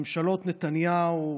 ממשלות נתניהו,